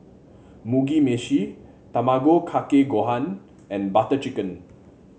Mugi Meshi Tamago Kake Gohan and Butter Chicken